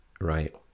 right